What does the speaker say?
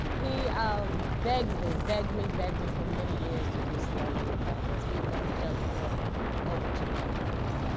he um begged me, begged me, begged me for many years to do celebrity apprentice. we've known each other for over two decades.